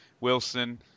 Wilson